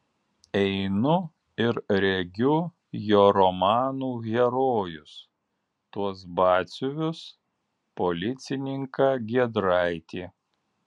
einu ir regiu jo romanų herojus tuos batsiuvius policininką giedraitį